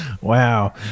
wow